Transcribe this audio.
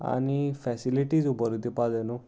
आनी फेसिलिटीज उबर दिवपा जाय न्हू